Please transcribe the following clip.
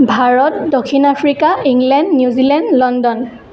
ভাৰত দক্ষিণ Africa England New Zealand London